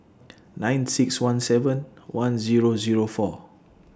nine six one seven one Zero Zero four